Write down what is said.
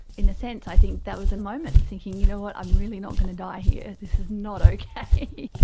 in a sense i think that was a moment of thinking, you know what, i'm really not going to die here, this is not okay.